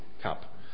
cup